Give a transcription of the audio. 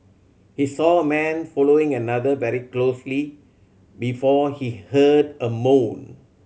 he saw a man following another very closely before he heard a moan